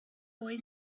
boy